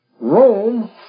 Rome